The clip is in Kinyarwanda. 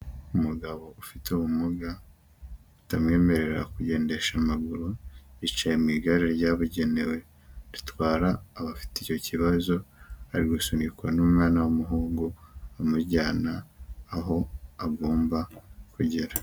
Umugabo ufite ubumuga utamwemerera kugendesha amaguru, bicaye mu igare ryabugenewe ritwara abafite icyo kibazo, ari gusunikwa n'umwana w'umuhungu, amujyana aho agomba kugera.